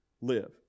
live